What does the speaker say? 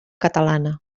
catalana